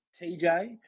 TJ